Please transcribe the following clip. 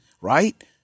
right